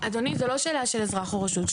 אדוני, זו לא שאלה של אזרח או רשות.